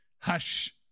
hush